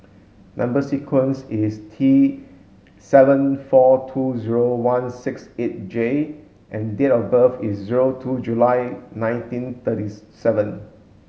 number sequence is T seven four two zero one six eight J and date of birth is zero two July nineteen thirties seven